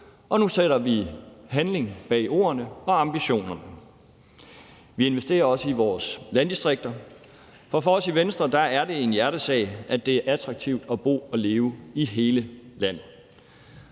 og nu sætter vi handling bag ordene og ambitionerne. Vi investerer også i vores landdistrikter, for for os i Venstre er det en hjertesag, at det er attraktivt at bo og leve i hele landet.